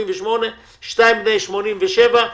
88 ושניים בני 87,